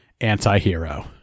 anti-hero